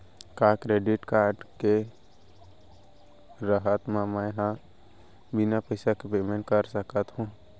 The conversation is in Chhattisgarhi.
का क्रेडिट कारड के रहत म, मैं ह बिना पइसा के पेमेंट कर सकत हो?